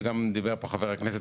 שגם דיבר פה חבר הכנסת,